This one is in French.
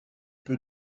peu